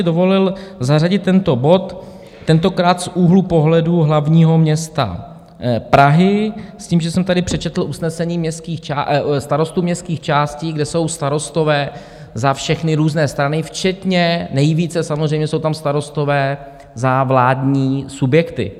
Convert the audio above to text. Dovolil bych si zařadit tento bod tentokrát z úhlu pohledu hlavního města Prahy s tím, že jsem tady přečetl usnesení starostů městských částí, kde jsou starostové za všechny různé strany, včetně nejvíce samozřejmě jsou tam starostové za vládní subjekty.